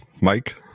Mike